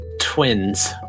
twins